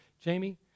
Jamie